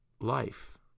life